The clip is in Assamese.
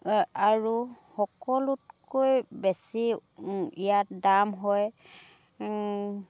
আৰু সকলোতকৈ বেছি ইয়াত দাম হয়